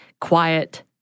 quiet